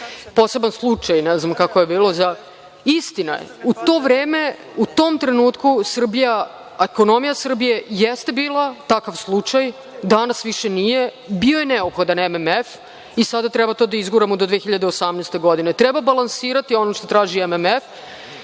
poseban slučaj. Istina je, u to vreme, u tom trenutku ekonomija Srbije jeste bila takav slučaj, a da nas više nije, bio je neophodan MMF i sada to treba da izguramo do 2018. godine. Treba balansirati ono što traži MMF,